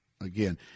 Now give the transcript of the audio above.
again